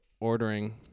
ordering